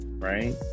Right